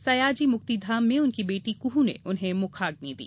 सयाजी मुक्तिधाम में उनकी बेटी कुहू ने उन्हें मुखाग्नि दी